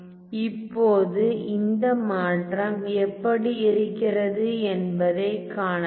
இப்போது இந்த மாற்றம் எப்படி இருக்கிறது என்பதைக் காணலாம்